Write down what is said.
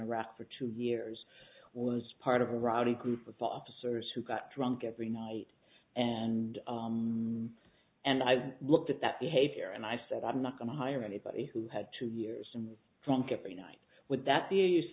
iraq for two years was part of a rowdy group of officers who got drunk every night and and i looked at that behavior and i said i'm not going to hire anybody who had two years and from keeping nine with that the use